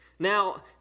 Now